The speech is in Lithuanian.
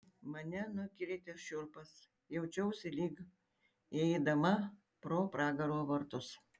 mane nukrėtė šiurpas jaučiausi lyg įeidama pro pragaro vartus